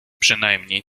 przynajmniej